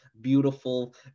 beautiful